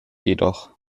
jedoch